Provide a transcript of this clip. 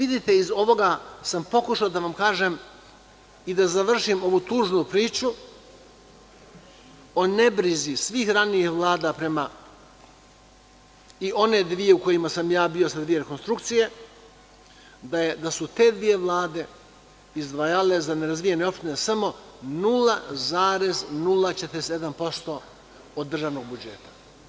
Iz ovoga sam pokušao da vam kažem i da završim ovu tužnu priču o nebrizi svih ranijih vlada prema, i one dve u kojima sam ja bio sa dve rekonstrukcije, da su te dve vlade razdvajale za nerazvijene opštine samo 0,047% od državnog budžeta.